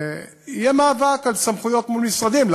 יהיה מאבק על סמכויות מול משרדים.